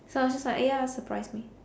so I was just like ya surprise me